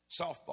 softball